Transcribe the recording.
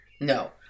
No